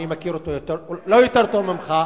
אני מכיר אותו, לא יותר טוב ממך,